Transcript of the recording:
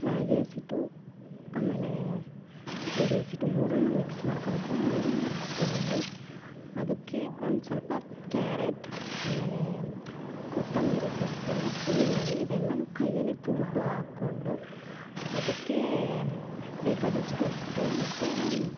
ರಾಗಿ ಹಸಿ ಹಿಟ್ಟು ಆಮೇಲೆ ಗೋಧಿ ಹಸಿ ಹಿಟ್ಟು ಮೂರನ್ನೂ ಮಿಕ್ಸ್ ಮಾಡ್ಕೊಬೇಕು ಮೂರನ್ನೂ ತೊಗೊಂಡು ಅದಕ್ಕೆ ಒಂದು ಸ್ವಲ್ಪ ಕ್ಯಾರೆಟ್ ಆಮೇಲೆ ಕೊತ್ತಂಬರಿ ಸೊಪ್ಪು ಈರುಳ್ಳಿ ಇವೆಲ್ಲವೂ ಕೈಯಲ್ಲೇ ತುರಿದು ಹಾಕ್ಕೊಂಡು ಅದಕ್ಕೆ ಬೇಕಾದಷ್ಟು ಉಪ್ಪು ಮತ್ತು